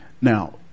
Now